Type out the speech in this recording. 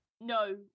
no